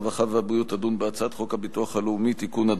הרווחה והבריאות תדון בהצעת חוק הביטוח הלאומי (תיקון,